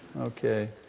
Okay